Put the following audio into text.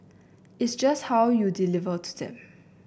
it's just how you deliver to them